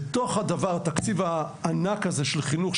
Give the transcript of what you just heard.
בתוך התקציב הענק הזה של חינוך,